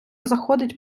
заходить